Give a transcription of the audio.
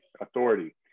authority